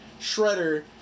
Shredder